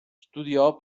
studiò